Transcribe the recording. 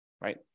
right